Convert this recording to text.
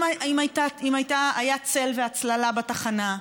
אם היו צל והצללה בתחנה,